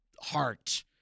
heart